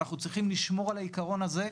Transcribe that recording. אנחנו צריכים לשמור על העיקרון הזה.